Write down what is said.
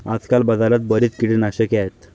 आजकाल बाजारात बरीच कीटकनाशके आहेत